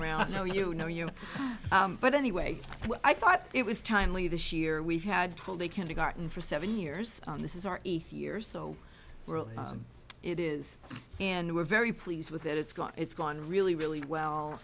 around no you know you know but anyway i thought it was timely this year we've had full day kindergarten for seven years on this is our eighth year so it is and we're very pleased with that it's gone it's gone really really well